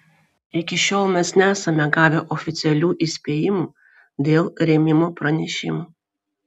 iki šiol mes nesame gavę oficialių įspėjimų dėl rėmimo pranešimų